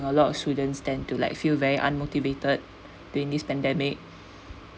a lot of students tend to like feel very unmotivated in this pandemic